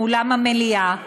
מאולם המליאה,